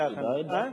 מה עם הערבית?